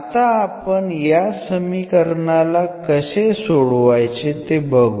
आता आपण या समीकरणाला कसे सोडवायचे ते बघू